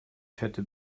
fette